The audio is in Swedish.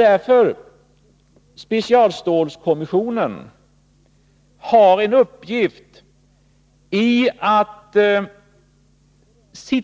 Därför har specialstålskommissionen i uppgift att se